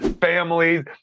families